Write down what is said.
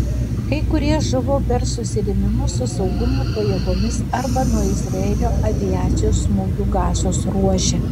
kai kurie žuvo per susirėmimus su saugumo pajėgomis arba nuo izraelio aviacijos smūgių gazos ruože